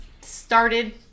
started